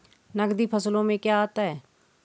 नकदी फसलों में क्या आता है?